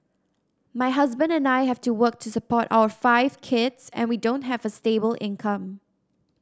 my husband and I have to work to support our five kids and we don't have a stable income